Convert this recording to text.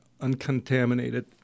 uncontaminated